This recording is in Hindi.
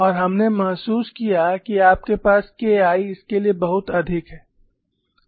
और हमने महसूस किया कि आपके पास KI इसके लिए बहुत अधिक है